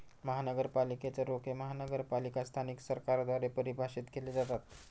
महानगरपालिकेच रोखे महानगरपालिका स्थानिक सरकारद्वारे परिभाषित केले जातात